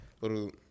little